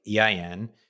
EIN